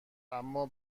اما